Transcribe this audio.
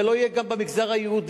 זה לא יהיה גם במגזר היהודי.